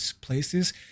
places